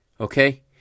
Okay